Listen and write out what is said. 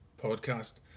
podcast